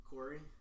Corey